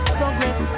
progress